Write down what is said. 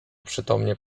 przytomnie